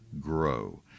GROW